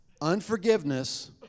Unforgiveness